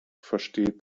versteht